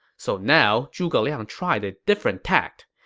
so now, zhuge liang tried a different tact.